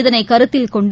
இதனைகருத்தில்கொண்டு